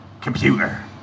computer